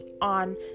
on